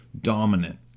dominant